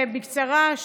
בקצרה,